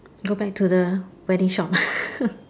go back to the wedding shop